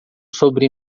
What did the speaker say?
sobre